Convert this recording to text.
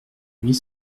huit